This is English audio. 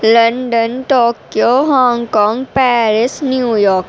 London Tokyo Hong Kong Paris New York